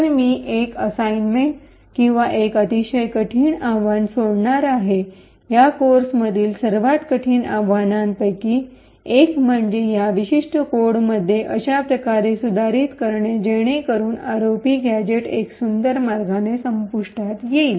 तर मी एक असाइनमेंट किंवा एक अतिशय कठीण आव्हान सोडणार आहे या कोर्समधील सर्वात कठीण आव्हानांपैकी एक म्हणजे या विशिष्ट कोडमध्ये अशा प्रकारे सुधारित करणे जेणेकरून आरओपी गॅझेट एक सुंदर मार्गाने संपुष्टात येईल